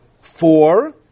four